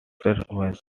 prosperous